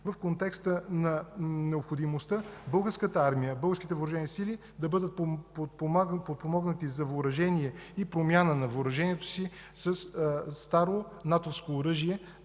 в контекста на необходимостта Българската армия, българските въоръжени сили да бъдат подпомогнати за въоръжение и промяна на въоръжението си със старо натовско оръжие,